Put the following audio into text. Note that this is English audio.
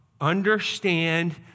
understand